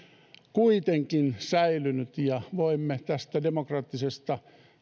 kuitenkin säilyneet ja voimme tästä demokraattisesta